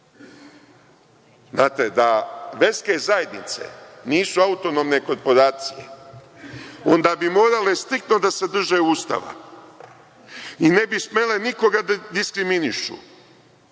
zakona. Da verske zajednice nisu autonomne korporacije, onda bi morale striktno da se drže Ustava i ne bi smele nikoga da diskriminišu.